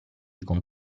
con